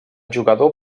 jugador